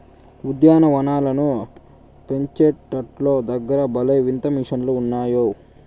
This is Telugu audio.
ఉద్యాన వనాలను పెంచేటోల్ల దగ్గర భలే వింత మిషన్లు ఉన్నాయే